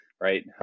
Right